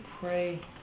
pray